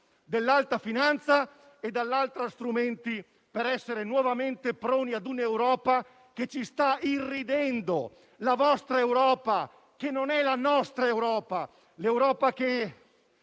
dell'alta finanza e, dall'altra, strumenti per essere nuovamente proni ad un'Europa che ci sta irridendo. È la vostra Europa, che non è la nostra, che